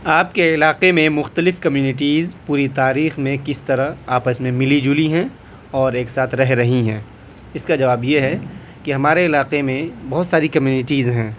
آپ کے علاقے میں مختلف کمیونٹیز پوری تاریخ میں کس طرح آپس میں ملی جلی ہیں اور ایک ساتھ رہ رہی ہیں اس کا جواب یہ ہے کہ ہمارے علاقے میں بہت ساری کمیونٹیز ہیں